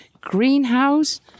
greenhouse